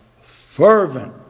fervent